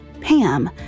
Pam